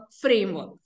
framework